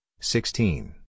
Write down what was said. sixteen